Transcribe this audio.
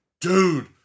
dude